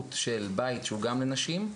החשיבות של בית שהוא גם לנשים,